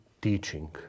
teaching